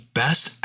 best